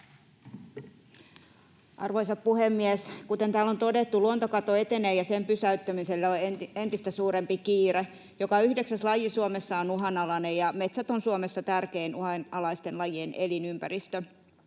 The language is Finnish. Arvoisa puhemies! Kuten täällä on todettu, luontokato etenee ja sen pysäyttämiselle on entistä suurempi kiire. Joka yhdeksäs laji Suomessa on uhanalainen, ja metsät ovat Suomessa tärkein uhanalaisten lajien elinympäristö.